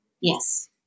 Yes